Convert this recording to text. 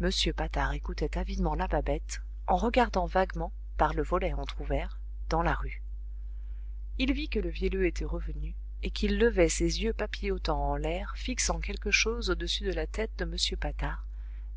m patard écoutait avidement la babette en regardant vaguement par le volet entrouvert dans la rue il vit que le vielleux était revenu et qu'il levait ses yeux papillotants en l'air fixant quelque chose au-dessus de la tête de m patard